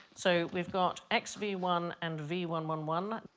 so we've got x v one and v one one one.